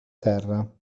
terra